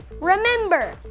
Remember